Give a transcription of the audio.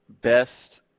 best